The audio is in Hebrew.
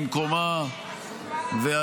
במקומה -- מה זה חשובה,